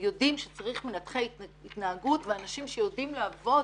יודעים שצריך מנתחי התנהגות ואנשים שיודעים לעבוד